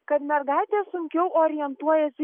kad mergaitė sunkiau orientuojasi